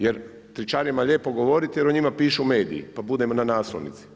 Jer tričarijama je lijepo govoriti, jer o njima pišu mediji, pa bude na naslovnici.